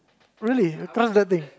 really you trust that thing